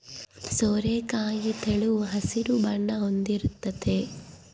ಸೋರೆಕಾಯಿ ತೆಳು ಹಸಿರು ಬಣ್ಣ ಹೊಂದಿರ್ತತೆ